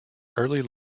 early